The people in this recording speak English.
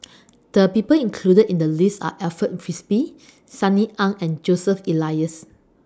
The People included in The list Are Alfred Frisby Sunny Ang and Joseph Elias